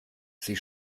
sie